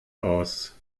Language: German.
aus